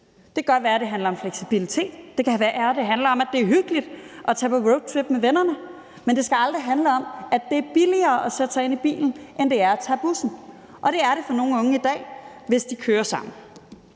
Det kan godt være, det handler om fleksibilitet; det kan være, det handler om, at det er hyggeligt at tage på roadtrip med vennerne, men det skal aldrig handle om, at det er billigere at sætte sig ind i bilen, end det er at tage bussen. Og det er det for nogle unge i dag, hvis de kører sammen.